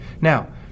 Now